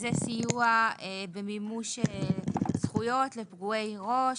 שזה סיוע במימוש זכויות לפגועי ראש,